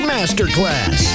Masterclass